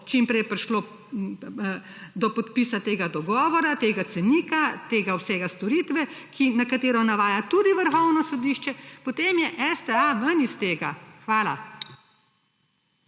čim prej prišlo do podpisa tega dogovora, tega cenika, tega vsega storitve, na katero navaja tudi Vrhovno sodišče, potem je STA… / znak za